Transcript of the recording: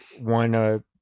one